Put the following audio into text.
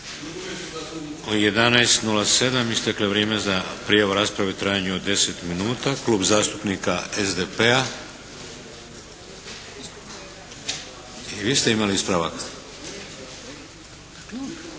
11,07 isteklo je vrijeme za prijavu rasprave u trajanju od 10 minuta. Klub zastupnika SDP-a. I vi ste imali ispravak?